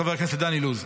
חבר הכנסת דן אילוז,